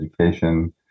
education